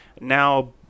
Now